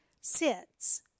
Sits